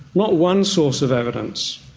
not one source of evidence,